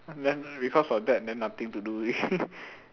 then because of that then nothing to do already